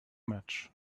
much